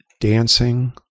dancing